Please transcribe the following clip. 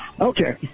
Okay